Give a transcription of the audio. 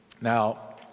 Now